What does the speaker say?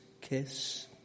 kiss